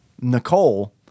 Nicole